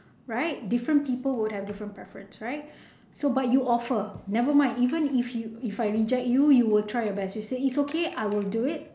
right different people would have different preference right so but you offer never mind even if you if I reject you you will try your best you say it's okay I will do it